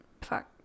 fuck